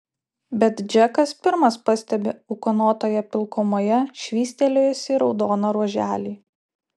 bet džekas pirmas pastebi ūkanotoje pilkumoje švystelėjusį raudoną ruoželį